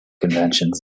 conventions